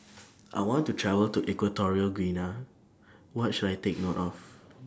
I want to travel to Equatorial Guinea What should I Take note of